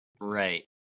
Right